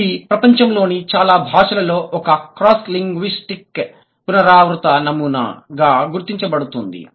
ఇది ప్రపంచంలోని చాలా భాషలలో ఒక క్రాస్ లింగ్విస్టిక్ పునరావృత నమూనా గా గుర్తించబడుతుంది